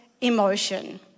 emotion